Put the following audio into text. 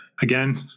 Again